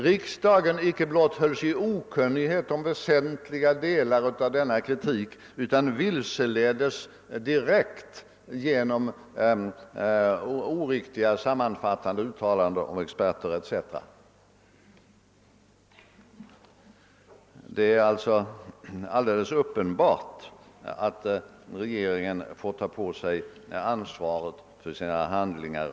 Riksdagen icke blott hölls i okunnighet om väsentliga delar av denna kritik utan vilseleddes direkt genom oriktiga sammanfattningar av experternas uttalanden. Det är alltså alldeles uppenbart att regeringen under dessa omständigheter får ta på sig ansvaret för sina handlingar.